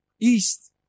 east